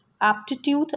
aptitude